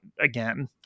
again